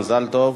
מזל טוב.